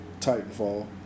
Titanfall